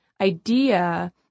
idea